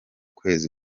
kwezi